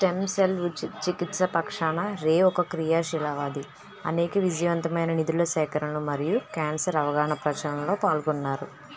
stem cell చికిత్స పక్షాన Ray ఒక క్రియాశీలవాది అనేక విజయవంతమైన నిధుల సేకరణలు మరియు క్యాన్సర్ అవగాహన ప్రచురణలో పాల్గొన్నారు